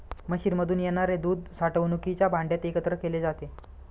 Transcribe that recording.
मशीनमधून येणारे दूध साठवणुकीच्या भांड्यात एकत्र केले जाते